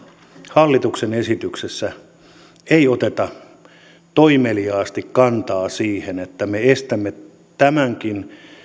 hallituksen esityksessä ei oteta toimeliaasti kantaa siihen että me estämme tämänkin